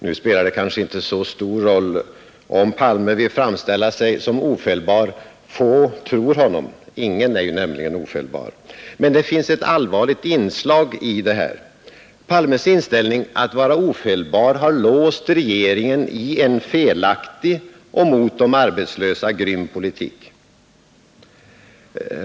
Nu spelar det kanske inte så stor roll, om Palme vill framställa sig som ofelbar. Få tror honom. Ingen är nämligen ofelbar. Men det finns ett allvarligt inslag i detta. Palmes inställning att vara ofelbar har låst regeringen i en felaktig och mot de arbetslösa grym politik.